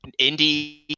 indie